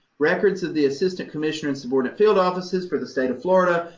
records of the assistant commissioner and subordinate field offices for the state of florida,